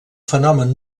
fenomen